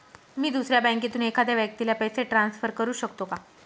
मी दुसऱ्या बँकेतून एखाद्या व्यक्ती ला पैसे ट्रान्सफर करु शकतो का?